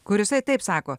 kur jisai taip sako